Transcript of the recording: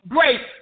Grace